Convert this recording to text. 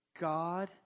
God